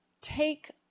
take